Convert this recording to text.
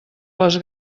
les